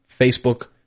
Facebook